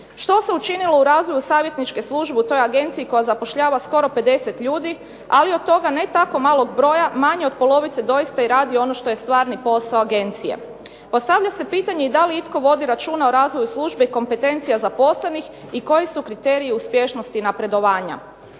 Što se učinilo u razvoju savjetničke službe u toj agenciji koja zapošljava skoro 50 ljudi, ali od toga ne malog broja, manje od polovice doista i radi ono što je stvarni posao agencije. Postavlja se pitanje i da li itko vodi računa o razvoju službe i kompetencija zaposlenih i koji su kriteriji uspješnosti napredovanja.